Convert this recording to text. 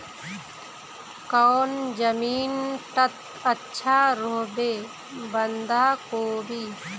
कौन जमीन टत अच्छा रोहबे बंधाकोबी?